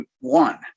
one